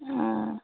অ